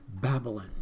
Babylon